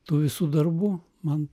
tų visų darbų man